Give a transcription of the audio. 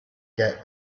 get